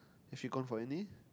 have you gone for any